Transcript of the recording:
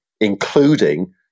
including